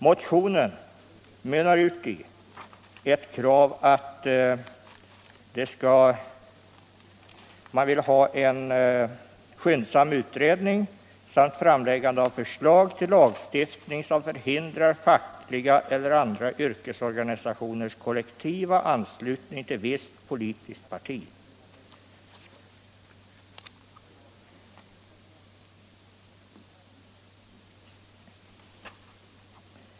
Motionen mynnar ut i ett krav på en skyndsam utredning samt framläggande av förslag till lagstiftning som förhindrar fackliga organisationers eller andra yrkesorganisationers kollektivanslutning till visst politiskt parti.